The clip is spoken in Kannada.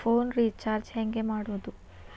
ಫೋನ್ ರಿಚಾರ್ಜ್ ಹೆಂಗೆ ಮಾಡೋದು?